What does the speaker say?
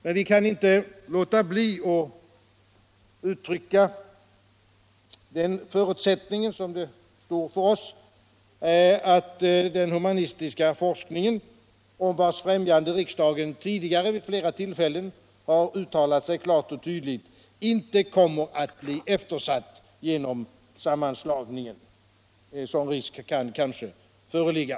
Vi kan dock inte låta bli att uttala att en förutsättning då för oss är att den humanistiska forskningen, om vars främjande riksdagen tidigare vid flera tillfällen har uttalat sig klart och tydligt, inte kommer att bli eftersatt på grund av sammanslagningen. Risk härför kan föreligga.